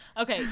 okay